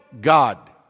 God